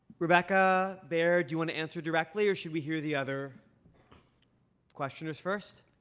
rebecca, bear, do you want to answer directly or should we hear the other questioners first?